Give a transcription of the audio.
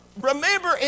Remember